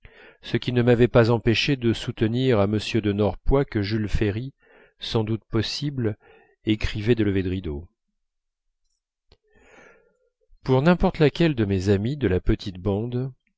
ce qui ne m'avait pas empêché de soutenir à m de norpois que jules ferry sans doute possible écrivait des levers de rideau pour n'importe laquelle de mes amies de la petite bande